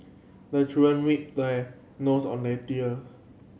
the children weep their nose on the tear